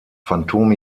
phantom